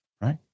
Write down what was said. right